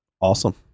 Awesome